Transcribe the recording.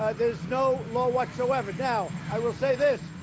there's no law whatsoever. now, i will say this